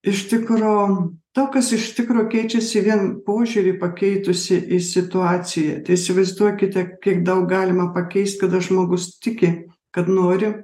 iš tikro to kas iš tikro keičiasi vien požiūrį pakeitusi į situaciją tiesiog vaizduokite kiek daug galima pakeisti kada žmogus tiki kad nori